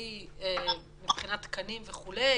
מקצועי מבחינת תקנים וכו'.